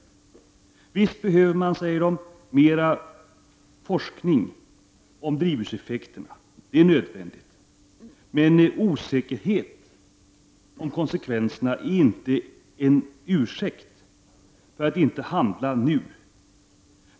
Visst behöver man mera forskning om drivhuseffekterna — det är nödvändigt — men osäkerhet om konsekvenserna är inte en ursäkt för att inte handla nu.